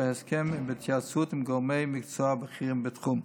בהסכם בהתייעצות עם גורמי מקצוע בכירים בתחום.